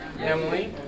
Emily